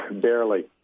Barely